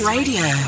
Radio